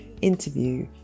interview